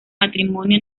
matrimonio